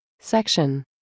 Section